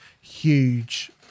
huge